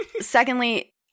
Secondly